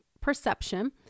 perception